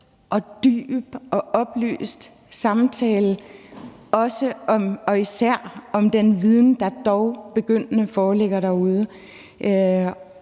dyb og oplyst samtale, især om den viden, der dog er begyndt at foreligge derude.